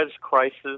Crisis